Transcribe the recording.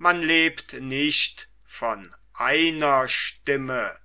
man lebt nicht von einer stimme